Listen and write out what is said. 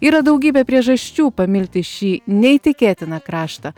yra daugybė priežasčių pamilti šį neįtikėtiną kraštą